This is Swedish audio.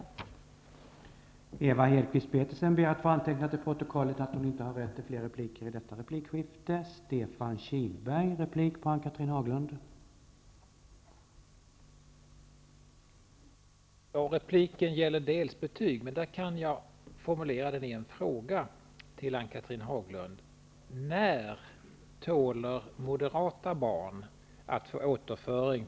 Petersen anhållit att till protokollet få antecknat att hon inte ägde rätt till ytterligare replik.